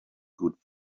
good